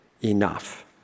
enough